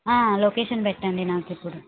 location పెట్టండి నాకు ఇప్పుడు